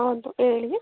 ಹೌದು ಹೇಳಿ